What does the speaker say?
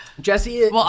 Jesse